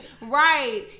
Right